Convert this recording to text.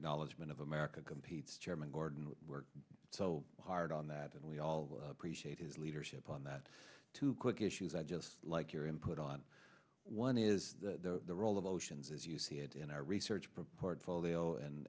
acknowledgment of america competes chairman gordon worked so hard on that and we all appreciate his leadership on that two quick issues i'd just like your input on one is the role of oceans as you see it in our research for polio and